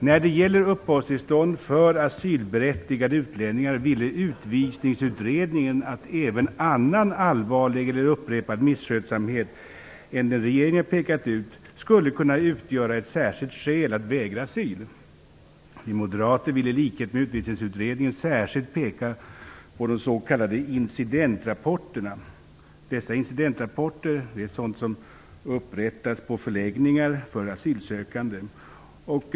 När det gäller uppehållstillstånd för asylberättigade utlänningar ville Utvisningsutredningen att även annan allvarlig eller upprepad misskötsamhet än den som regeringen pekat ut skulle kunna utgöra ett särskilt skäl att vägra asyl. Vi moderater vill i likhet med Utvisningsutredningen särskilt peka på de s.k. incidentrapporterna, som upprättas på förläggningar för asylsökande.